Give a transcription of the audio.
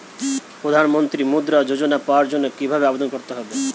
প্রধান মন্ত্রী মুদ্রা যোজনা পাওয়ার জন্য কিভাবে আবেদন করতে হবে?